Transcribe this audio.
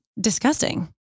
disgusting